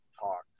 talk